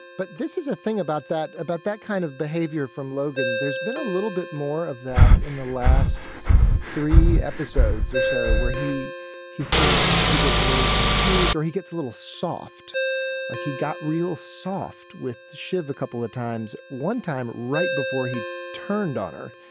but this is a thing about that about that kind of behavior from logan. there's been a little bit more of that in the last three episodes or so where he he seems he gets a little confused or he gets a little soft like he got real soft with shiv a couple of times. one time right before he turned on her